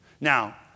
Now